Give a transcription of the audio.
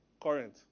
Current